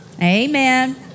Amen